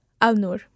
Al-Nur